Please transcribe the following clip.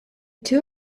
two